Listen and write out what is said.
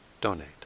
donate